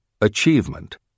Achievement